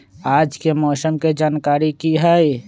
आज के मौसम के जानकारी कि हई?